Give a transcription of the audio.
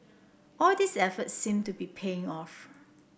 all these efforts seem to be paying off